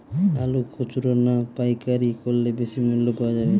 আলু খুচরা না পাইকারি করলে বেশি মূল্য পাওয়া যাবে?